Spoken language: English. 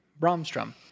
Bromstrom